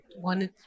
one